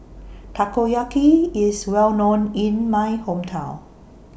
Takoyaki IS Well known in My Hometown